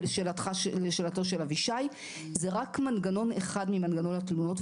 ולשאלתו של אבישי - זה רק מנגנון אחד ממנגנוני התלונות.